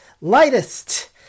lightest